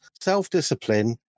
self-discipline